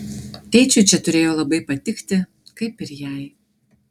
tėčiui čia turėjo labai patikti kaip ir jai